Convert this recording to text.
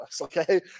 okay